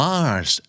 Mars